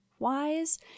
wise